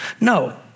No